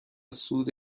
سود